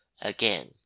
again